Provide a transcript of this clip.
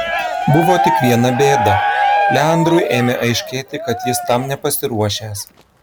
buvo tik viena bėda leandrui ėmė aiškėti kad jis tam nepasiruošęs